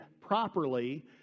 properly